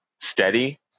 steady